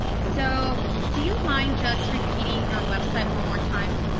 so, do you mind just repeating your website one more time?